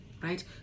right